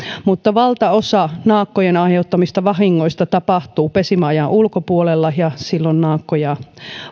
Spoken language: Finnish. mutta valtaosa naakkojen aiheuttamista vahingoista tapahtuu pesimäajan ulkopuolella ja silloin naakkoja